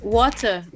water